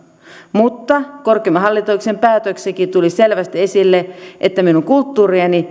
mutta korkeimman hallinto oikeuden päätöksessäkin tuli selvästi esille että minun kulttuuriani